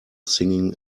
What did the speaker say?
singing